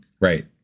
right